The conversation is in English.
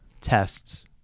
tests